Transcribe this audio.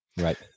Right